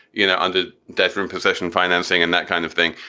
you know, and the debtor in possession financing and that kind of thing.